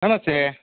ನಮಸ್ತೆ